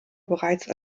bereits